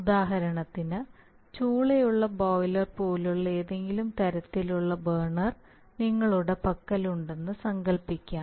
ഉദാഹരണത്തിന് ചൂളയുള്ള ബോയിലർ പോലുള്ള ഏതെങ്കിലും തരത്തിലുള്ള ബർണർ നിങ്ങളുടെ പക്കലുണ്ടെന്ന് സങ്കൽപ്പിക്കാം